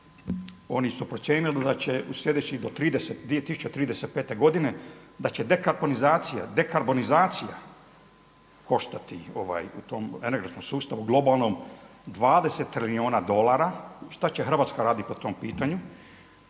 oni su procijenili da će u sljedećih do 2035. godine da će dekaponizacija, dekarbonizacija koštati u tom energetskom sustavu globalnom 20 trilijuna dolara. Šta će Hrvatska raditi po tom pitanju?